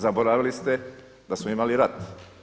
Zaboravili ste da smo imali rat.